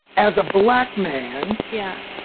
as a black man yeah